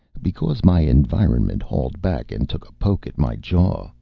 because my environment hauled back and took a poke at my jaw,